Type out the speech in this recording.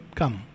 come